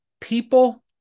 people